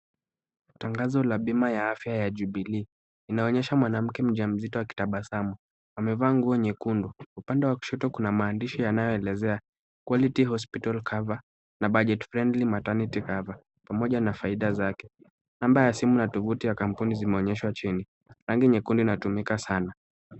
Tangazo ya bima ya afya ya Jubilee. Inaonyesha mwanamke mjamzito akitabasamu. Amevaa nguo nyekundu. Upande wa kushoto kuna maandishi yanayoelezea quality hospital cover na budget friendly maternety cover , pamoja na faida zake. Namba ya simu na tuvuti ya kampuni zimeonyeshwa chini. Rangi nyekundu inatumika sana.